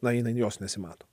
na jinai jos nesimato